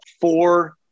four